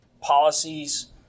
policies